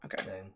Okay